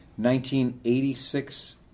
1986